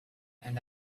and